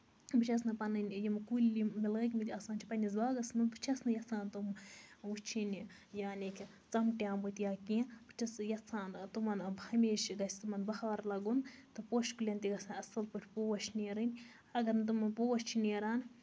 بہٕ چھَس نہٕ پَنٕنۍ یِم کُلۍ یِم مےٚ لٲگمٕتۍ آسان چھِ پَنٕنِس باغَس منٛز بہٕ چھَس نہٕ یَژھان تِم وُچھِنۍ یعنی کہِ ژَمٹیمٕتۍ یا کیٚنٛہہ بہٕ چھَس یَژھان تِمن ہَمیشہٕ گژھِ تِمن بَہار لَگُن تہٕ پوشہٕ کُلٮ۪ن تہِ گژھن اَصٕل پٲٹھۍ پوش نیرٕنۍ اَگر نہٕ تٕمَن پوش چھِ نیران